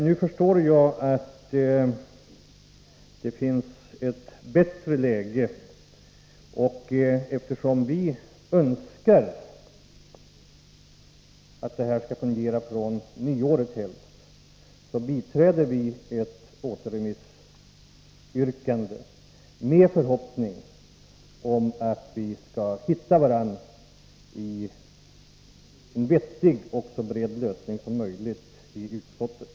Nu förstår jag att det finns ett bättre läge, och eftersom vi önskar att detta skall fungera från nyåret, biträder vi ett återremissyrkande med förhoppning om att vi skall hitta varandra i en vettig och så bred lösning som möjligt i utskottet.